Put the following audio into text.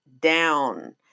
down